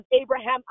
Abraham